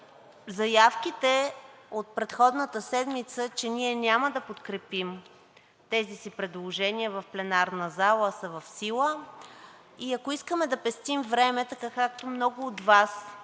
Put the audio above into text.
заявките от предходната седмица, че ние няма да подкрепим тези си предложения в пленарната зала, са в сила и ако искаме да пестим време, така както много от Вас